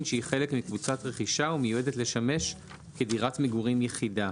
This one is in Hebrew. שהיא חלק מקבוצת רכישה ומיועדת לשמש כדירת מגורים יחידה".